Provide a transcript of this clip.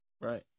Right